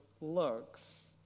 looks